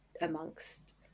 amongst